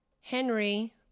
henry